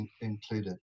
included